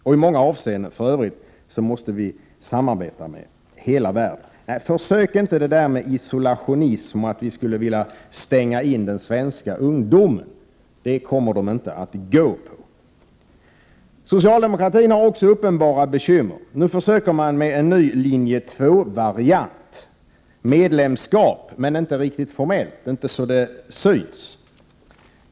För övrigt måste vi i många avseenden samarbeta med hela världen. Så försök inte med talet om isolationism och om att vi skulle vilja stänga in den svenska ungdomen! Det går inte ungdomarna på. Socialdemokratin har också uppenbara bekymmer. Nu försöker man med en ny linje 2-variant: medlemskap men inte riktigt formellt, inte så att det syns.